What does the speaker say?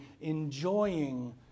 enjoying